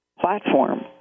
platform